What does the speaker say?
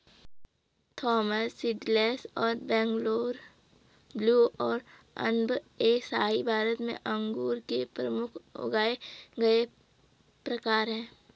Thompson seedless और Bangalore blue और अनब ए शाही भारत में अंगूर के प्रमुख उगाए गए प्रकार हैं